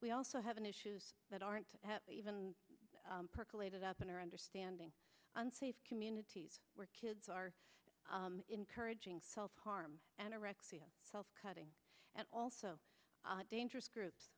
we also have an issues that aren't even percolated up in our standing unsafe communities where kids are encouraging self harm anorexia self cutting and also dangerous groups